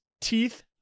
teeth